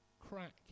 crack